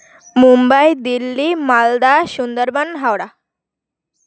Mumbai Delhi Malda Sundarban Howrah